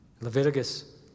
Leviticus